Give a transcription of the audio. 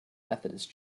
methodist